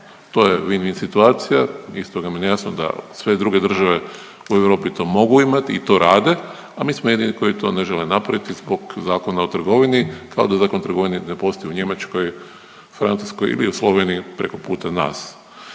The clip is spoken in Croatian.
To je vin vin situacija i stoga mi je nejasno da sve druge države u Europi to mogu imati i to rade, a mi smo jedini koji to ne žele napraviti zbog Zakona o trgovini, kao da Zakon o trgovini ne postoji u Njemačkoj, Francuskoj ili u Sloveniji preko puta nas.